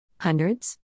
Hundreds